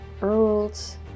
rules